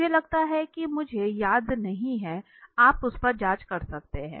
मुझे लगता है कि मुझे याद नहीं है आप उस पर जांच कर सकते हैं